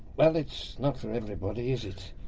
well, it's not for everybody is it.